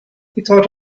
thought